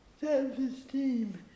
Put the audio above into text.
self-esteem